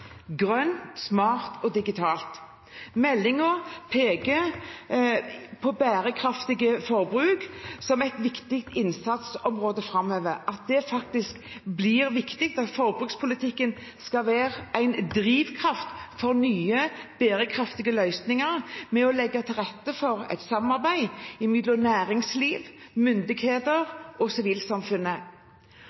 smart og digital». Meldingen peker på bærekraftig forbruk som et viktig innsatsområde framover, at det faktisk blir viktig, at forbrukspolitikken skal være en drivkraft for nye, bærekraftige løsninger ved å legge til rette for et samarbeid mellom næringsliv, myndigheter og sivilsamfunnet.